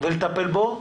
ולטפל בו,